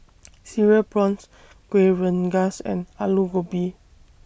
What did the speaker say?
Cereal Prawns Kuih Rengas and Aloo Gobi